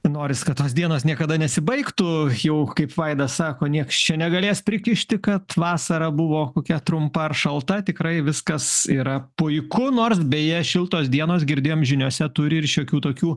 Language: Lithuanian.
norisi kad tos dienos niekada nesibaigtų jau kaip valda sako nieks čia negalės prikišti kad vasara buvo kokia trumpa ar šalta tikrai viskas yra puiku nors beje šiltos dienos girdėjom žiniose turi ir šiokių tokių